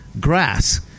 grass